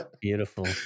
Beautiful